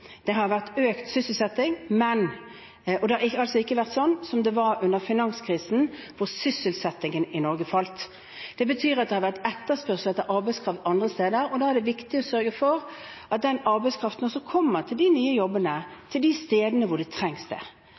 Det har vært økt sysselsetting, og det har ikke vært sånn som det var under finanskrisen, hvor sysselsettingen i Norge falt. Det betyr at det har vært etterspørsel etter arbeidskraft andre steder, og da er det viktig å sørge for at den arbeidskraften også kommer til de nye jobbene, til de stedene hvor det trengs.